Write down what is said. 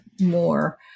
more